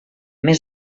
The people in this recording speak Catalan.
més